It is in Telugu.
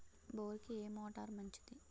బోరుకి ఏ మోటారు మంచిది?